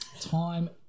time